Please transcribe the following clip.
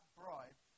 bribe